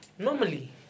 Normally